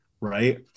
Right